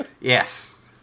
Yes